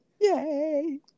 yay